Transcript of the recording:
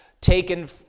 taken